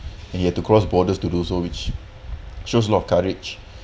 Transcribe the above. and you have to cross borders to do so which shows a lot of courage